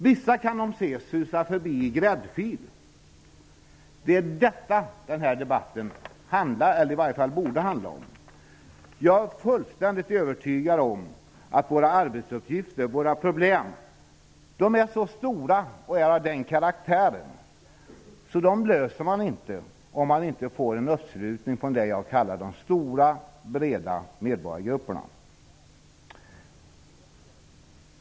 Vissa kan ju ses susa förbi i gräddfilen. Det är vad den här debatten borde handla om. Jag är fullständigt övertygad om att våra arbetsuppgifter och problem, som är mycket stora, är av den karaktären att de inte kan lösas om det inte sker en uppslutning från vad jag kallar de stora och breda medborgargrupperna.